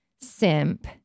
simp